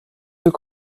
deux